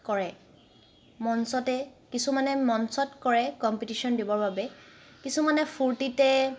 কৰে মঞ্চতে কিছুমানে মঞ্চত কৰে কম্পিটিশ্যন দিবৰ বাবে কিছুমানে ফূৰ্তিতে